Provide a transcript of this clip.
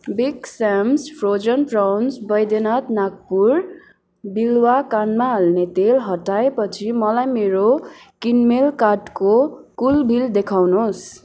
big Sam's frozen prawn Baidyanath Nagpur बिल्वा कानमा हाल्ने तेल हटाएपछि मलाई मेरो किनमेल कार्टको कुल बिल देखाउनुहोस्